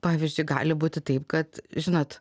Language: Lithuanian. pavyzdžiui gali būti taip kad žinot